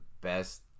best